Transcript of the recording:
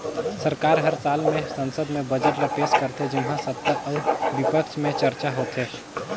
सरकार हर साल में संसद में बजट ल पेस करथे जेम्हां सत्ता अउ बिपक्छ में चरचा होथे